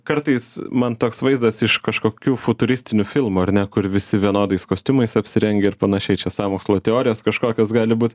kartais man toks vaizdas iš kažkokių futuristinių filmų ar ne kur visi vienodais kostiumais apsirengę ir panašiai čia sąmokslo teorijos kažkokios gali būt